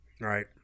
Right